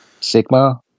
Sigma